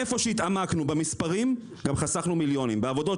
איפה שהתעמקנו במספרים גם חסכנו מיליונים.